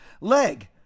leg